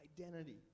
Identity